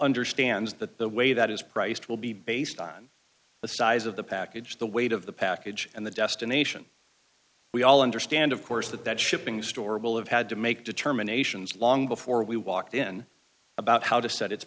understands that the way that is priced will be based on the size of the package the weight of the package and the destination we all understand of course that that shipping storable have had to make determinations long before we walked in about how to set it